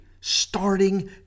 starting